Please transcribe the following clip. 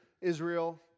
Israel